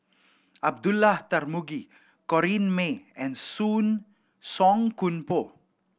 Abdullah Tarmugi Corrinne May and Song Koon Poh